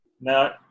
now